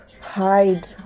hide